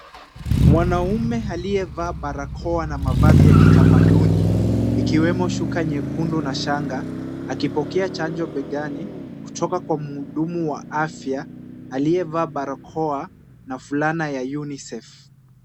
Mwanaume aliyevaa barakoa na mavazi ya kitamaduni, ikiwemo shuka nyekundu na shanga, akipokea chanjo begani kutoka kwenye mhudumu wa afya aliyevaa barakoa na fulana ya UNICEF.